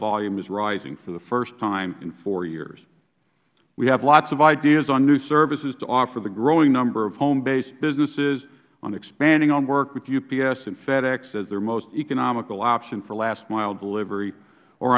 volume is rising for the first time in four years we have lots of ideas on new services to offer the growing number of home based businesses on expanding our work with ups and fedex as their most economical option for last mile delivery